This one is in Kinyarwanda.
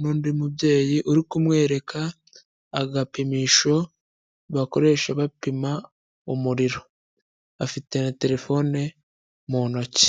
n'undi mubyeyi uri kumwereka agapimisho bakoresha bapima umuriro, afite na terefone mu ntoki.